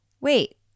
wait